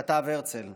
כתב הרצל,